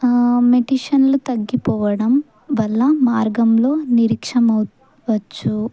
మెటిషయన్లు తగ్గిపోవడం వల్ల మార్గంలో నిరీక్షమ అవువచ్చు